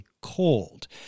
cold